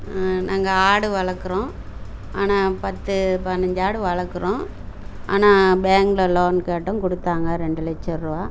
நாங்கள் ஆடு வளர்க்குறோம் ஆனால் பத்து பதினைஞ்சி ஆடு வளர்க்குறோம் ஆனால் பேங்க்கில் லோன் கேட்டோம் கொடுத்தாங்க ரெண்டு லட்சம் ரூபா